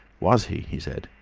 was he? he said.